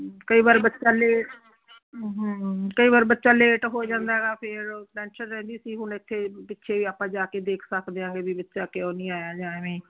ਕਈ ਵਾਰ ਬੱਚਾ ਲੇ ਕਈ ਵਾਰ ਬੱਚਾ ਲੇਟ ਹੋ ਜਾਂਦਾ ਗਾ ਫਿਰ ਟੈਨਸ਼ਨ ਰਹਿੰਦੀ ਸੀ ਹੁਣ ਇੱਥੇ ਪਿੱਛੇ ਆਪਾਂ ਜਾ ਕੇ ਦੇਖ ਸਕਦੇ ਹੈਗੇ ਵੀ ਬੱਚਾ ਕਿਉਂ ਨਹੀਂ ਆਇਆ ਜਾਂ ਐਵੇਂ